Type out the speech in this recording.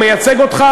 הוא מייצג אותך.